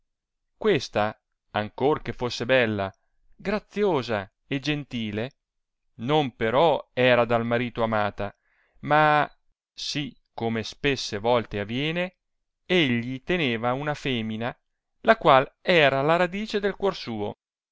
questa ancor che fosse bella graziosa e gentile non però era dal marito amata ma si come spesse volte aviene egli teneva una femina la qual era la radice del cuor suo